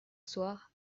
soir